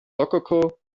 rokoko